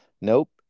nope